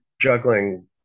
juggling